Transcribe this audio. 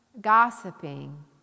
gossiping